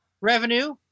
revenue